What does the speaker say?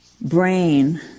brain